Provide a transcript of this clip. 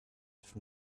from